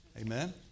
Amen